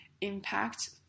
impact